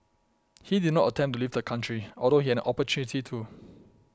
he did not attempt to leave the country although he had an opportunity to